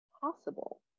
possible